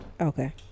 Okay